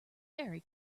very